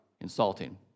insulting